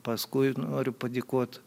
paskui noriu padėkot